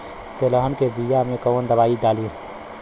तेलहन के बिया मे कवन दवाई डलाई?